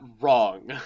wrong